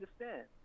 understand